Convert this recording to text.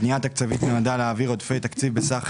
הפנייה התקציבית נועדה להעביר עודפי תקציב בסך